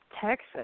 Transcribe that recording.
Texas